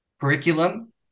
curriculum